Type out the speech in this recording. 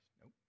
Nope